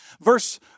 verse